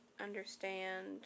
understand